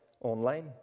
online